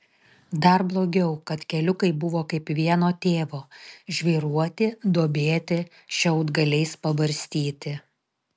dar blogiau kad keliukai buvo kaip vieno tėvo žvyruoti duobėti šiaudgaliais pabarstyti